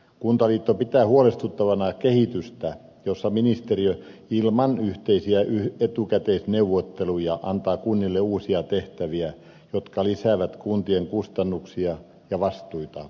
kuntaliitto pitää huolestuttavana kehitystä jossa ministeriö ilman yhteisiä etukäteisneuvotteluja antaa kunnille uusia tehtäviä jotka lisäävät kuntien kustannuksia ja vastuita